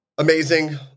amazing